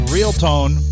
Realtone